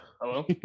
Hello